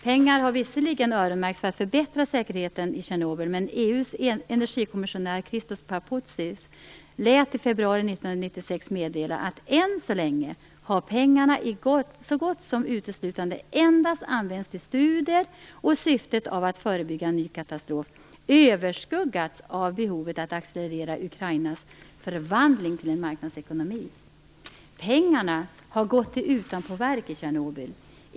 Pengar har visserligen öronmärkts för att förbättra säkerheten i Tjernobyl, men EU:s energikommissionär Christos Papoutsis lät i februari 1996 meddela att pengarna än så länge så gott som uteslutande använts till studier, och syftet att förebygga en ny katastrof överskuggas av behovet att accelerera Ukrainas förvandling till en marknadsekonomi. Pengarna har gått till utanpåverk i Tjernobyl.